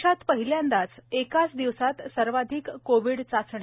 देशात पहिल्यांदाच एकाच दिवसात सर्वाधिक कोविड चाचण्या